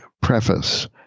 preface